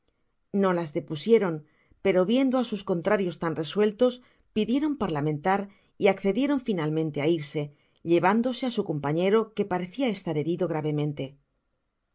no las depusieron pero viendo á sus contrarios tan resueltos pidieron parlamentar y accedieron finalmente á irse llevándose á su compañero que parecia estar herido gravemente